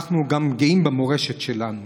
אנחנו גם גאים במורשת שלנו.